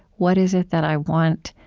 what is it that i want?